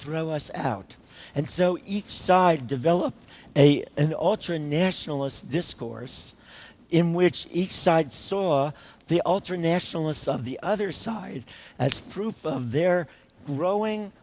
throw us out and so each side developed a and ultra nationalist discourse in which each side saw the ultranationalists of the other side as proof of their growing